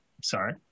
Sorry